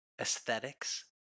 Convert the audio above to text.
aesthetics